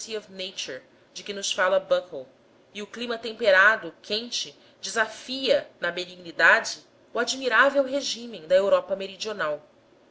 nature de que nos fala buckle e o clima temperado quente desafia na benignidade o admirável regime da europa meridional